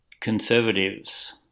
conservatives